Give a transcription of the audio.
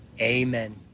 Amen